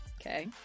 Okay